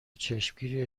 چشمگیری